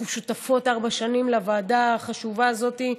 אנחנו שותפות ארבע שנים בוועדה החשובה הזאת,